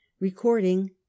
recording